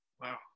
Wow